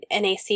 NAC